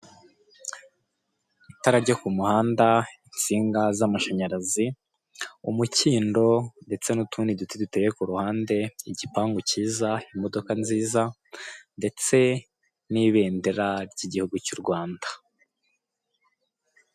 Itara ryo ku muhanda insinga z'amashanyarazi umukindo ndetse n'utundi duti duteye ku ruhande igipangu cyiza imodoka nziza ndetse n'ibendera ry'igihugu cy'u Rwanda.